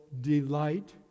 delight